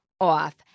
off